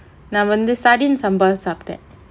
நா வந்து:naa vanthu sardine sambal சாப்பிட்டேன்:saappittaen